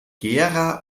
gera